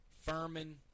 Furman